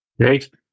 Great